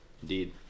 Indeed